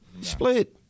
split